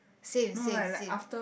same same same